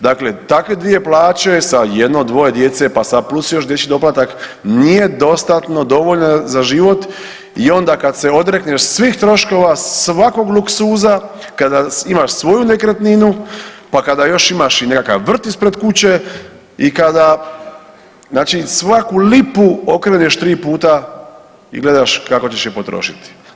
Dakle, takve dvije plaće sa jedno 2 djece pa sad plus još dječji doplatak nije dostatno dovoljno za život i onda kad se odrekneš svih troškova, svakog luksuza, kada imaš svoju nekretninu pa kada još imaš nekakav vrt ispred kuće i kada, znači svaku lipu okreneš 3 puta i gledaš kako ćeš je potrošiti.